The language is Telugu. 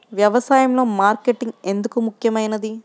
వ్యసాయంలో మార్కెటింగ్ ఎందుకు ముఖ్యమైనది?